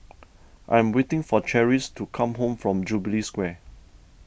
I am waiting for Cherish to come home from Jubilee Square